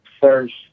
first